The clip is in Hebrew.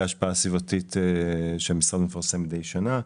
ההשפעה הסביבתית שהמשרד מפרסם מידי שנה,